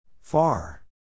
Far